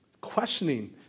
questioning